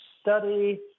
study